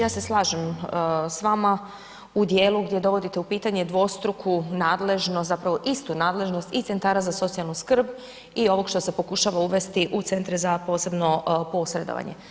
Ja se slažem s vama u dijelu gdje dovodite u pitanje dvostruku nadležnost, zapravo istu nadležnost i centara za socijalnu skrb i ovog što se pokušava uvesti u centre za posebno posredovanje.